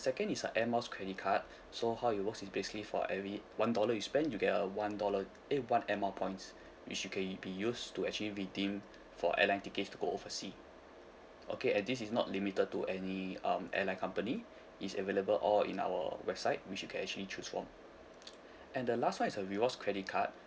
second is a air miles credit card so how it works is basically for every one dollar you spend you get a one dollar eh one air mile points which you can be used to actually redeem for airline tickets to go oversea okay and this is not limited to any um airline company it's available all in our website which you can actually choose from and the last one is a rewards credit card